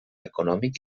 econòmic